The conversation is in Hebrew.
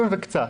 20% וקצת.